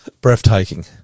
breathtaking